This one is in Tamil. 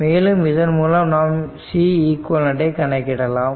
மேலும் இதன் மூலம் நாம் Ceq கணக்கிடலாம்